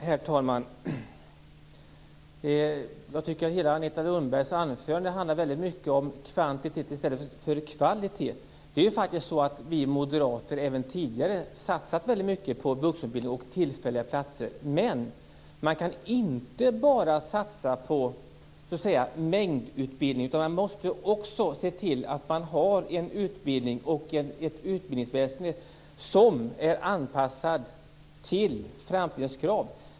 Herr talman! Jag tycker att hela Agneta Lundbergs anförande mycket handlar om kvantitet i stället för kvalitet. Vi moderater har även tidigare satsat väldigt mycket på vuxenutbildning och tillfälliga platser, men man kan inte bara satsa på mängdutbildning, utan man måste också se till att man har en utbildning och ett utbildningsväsen som är anpassade till framtidens krav.